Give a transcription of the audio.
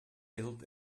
built